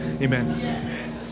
Amen